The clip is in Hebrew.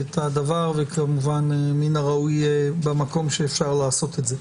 הדבר, וכמובן מן הראוי במקום שאפשר לעשות את זה.